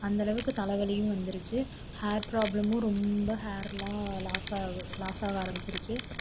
அந்தளவுக்கு தலைவலியும் வந்திருச்சு ஹேர் ப்ராப்ளமும் ரொம்ப ஹேரெலாம் லாஸ் ஆகு லாஸாக ஆரம்பிச்சுருச்சி